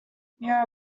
mirror